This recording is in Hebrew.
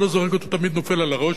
לא זורק אותו הוא תמיד נופל על הראש.